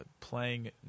playing